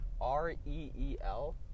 R-E-E-L